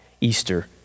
Easter